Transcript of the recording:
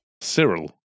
Cyril